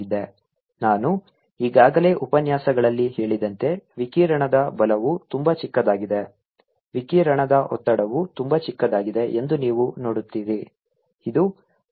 70×10 6 N ನಾನು ಈಗಾಗಲೇ ಉಪನ್ಯಾಸಗಳಲ್ಲಿ ಹೇಳಿದಂತೆ ವಿಕಿರಣದ ಬಲವು ತುಂಬಾ ಚಿಕ್ಕದಾಗಿದೆ ವಿಕಿರಣದ ಒತ್ತಡವು ತುಂಬಾ ಚಿಕ್ಕದಾಗಿದೆ ಎಂದು ನೀವು ನೋಡುತ್ತೀರಿ ಇದು 0